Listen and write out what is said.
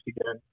again